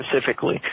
specifically